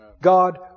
God